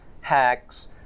hacks